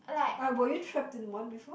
uh were you trapped in one before